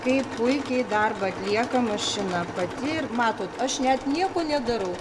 kaip puikiai darbą atlieka mašina pati ir matot aš net nieko nedarau